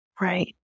Right